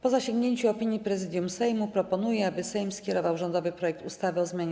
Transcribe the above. Po zasięgnięciu opinii Prezydium Sejmu proponuję, aby Sejm skierował rządowy projekt ustawy o zmianie